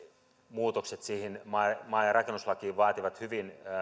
muutokset siihen maa ja maa ja rakennuslakiin vaativat hyvin